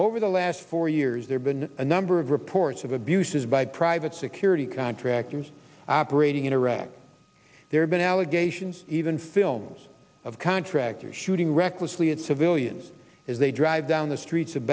over the last four years there been a number of reports of abuses by private security contractors operating in iraq there have been allegations even films of contractors shooting recklessly at civilians as they drive down the streets of